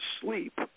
sleep